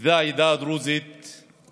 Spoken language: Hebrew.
איבדה העדה הדרוזית את